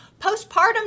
postpartum